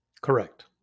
Correct